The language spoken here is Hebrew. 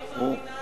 אני מאמינה